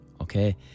okay